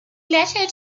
letter